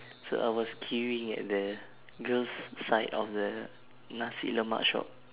so I was queuing at the girls' side of the nasi lemak shop